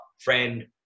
friend